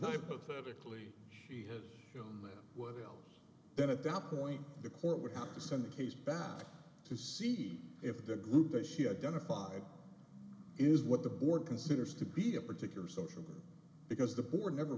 hypothetically she has known that would help then at that point the court would have to send the case back to see if the group that she identified is what the board considers to be a particular social group because the board never